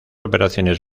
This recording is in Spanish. operaciones